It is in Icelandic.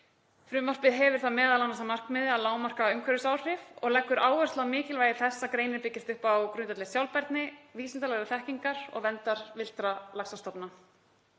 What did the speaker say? Frumvarpið hefur það m.a. að markmiði að lágmarka umhverfisáhrif og lögð er áhersla á mikilvægi þess að greinin byggist upp á grundvelli sjálfbærni, vísindalegrar þekkingar og verndar villtra laxastofna.